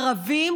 ערבים,